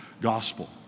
gospel